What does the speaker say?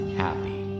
happy